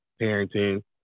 parenting